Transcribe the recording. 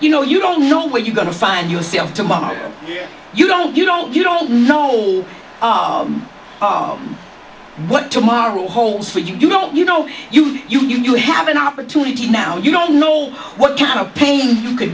you know you don't know where you're going to find yourself tomorrow you don't you don't you don't know of what tomorrow holds for you don't you know you you knew you have an opportunity now you don't know what kind of pain you could